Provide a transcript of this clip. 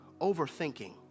overthinking